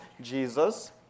Jesus